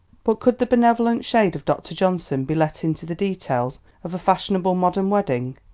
but could the benevolent shade of dr. johnson be let into the details of a fashionable modern wedding,